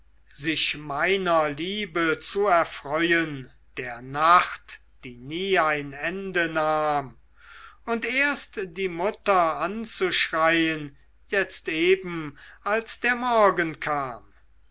sich meiner liebe zu erfreuen der nacht die nie ein ende nahm und erst die mutter anzuschreien jetzt eben als der morgen kam